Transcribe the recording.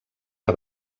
que